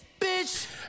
bitch